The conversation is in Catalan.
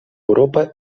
europa